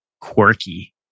quirky